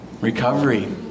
Recovery